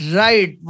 right